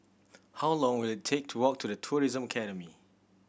how long will it take to walk to The Tourism Academy